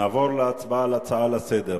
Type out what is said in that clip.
אנחנו נעבור להצבעה על ההצעה לסדר-היום.